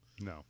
No